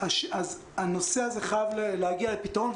הנושא הזה חייב להגיע לפתרון,